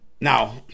now